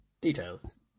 Details